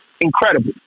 incredible